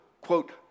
quote